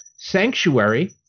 Sanctuary